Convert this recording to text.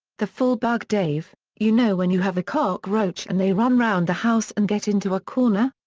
the full bug dave you know when you have a cockroach and they run round the house and get into a corner?